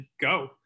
go